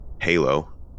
halo